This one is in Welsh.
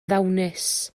ddawnus